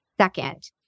second